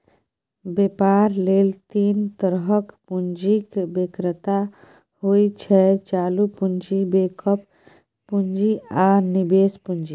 बेपार लेल तीन तरहक पुंजीक बेगरता होइ छै चालु पुंजी, बैकअप पुंजी आ निबेश पुंजी